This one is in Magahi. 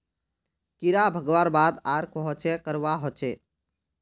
कीड़ा भगवार बाद आर कोहचे करवा होचए?